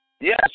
Yes